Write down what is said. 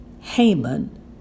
Haman